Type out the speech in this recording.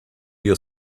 your